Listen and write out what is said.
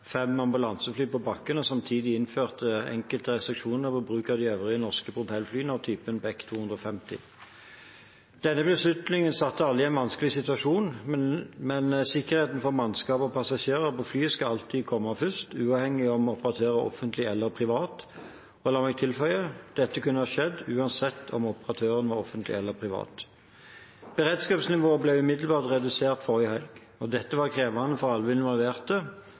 fem av ambulanseflyene på bakken og samtidig innførte enkelte restriksjoner på bruk av de øvrige norske propellflyene av typen Beech 250. Denne beslutningen satte alle i en vanskelig situasjon, men sikkerheten for mannskapet og passasjerene på flyene skal alltid komme først – uavhengig av om operatøren er offentlig eller privat. Og la meg tilføye: Dette kunne ha skjedd uansett om operatøren var offentlig eller privat. Beredskapsnivået ble umiddelbart redusert forrige helg. Dette var krevende for alle involverte